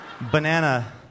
banana